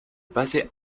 basée